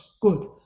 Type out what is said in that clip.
good